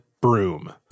broom